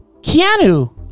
Keanu